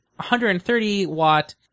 130-watt